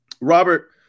Robert